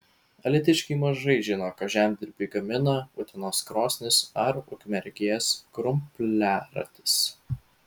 alytiškiai mažai žino ką žemdirbiui gamina utenos krosnys ar ukmergės krumpliaratis